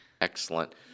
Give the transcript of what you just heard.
Excellent